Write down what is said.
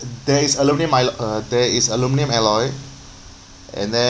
there is aluminium mi~ uh there is aluminium alloy and then